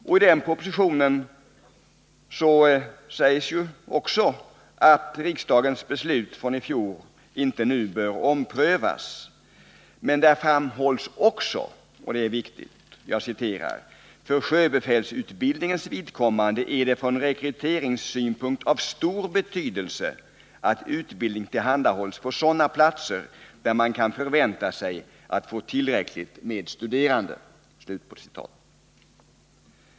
I den propositionen sägs likaså att riksdagens beslut från i fjol inte nu bör omprövas, men där framhålls också — och det är viktigt — att det är ”för sjöbefälsutbildningens vidkommande från rekryteringssynpunkt av stor betydelse att utbildningen tillhandahålls på sådana platser där man kan förvänta sig att få tillräckligt med studerande”.